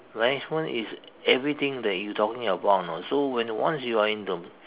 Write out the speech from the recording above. management is everything that you talking about you know so when once you are in the